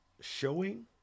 Showing